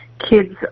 kids